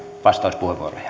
vastauspuheenvuoroja